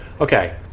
okay